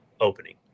opening